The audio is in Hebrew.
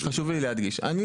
חשוב לי להדגיש, אני